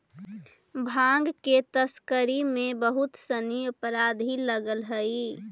भाँग के तस्करी में बहुत सनि अपराधी लगल हइ